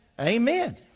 Amen